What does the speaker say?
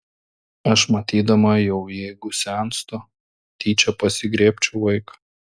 aš matydama jau jeigu senstu tyčia pasigriebčiau vaiką